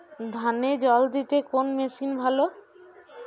ধানে জল দিতে কোন মেশিন ভালো?